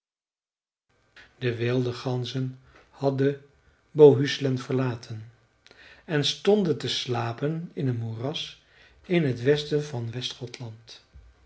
de wilde ganzen hadden bohuslän verlaten en stonden te slapen in een moeras in t westen van west gothland